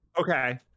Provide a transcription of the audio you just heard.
Okay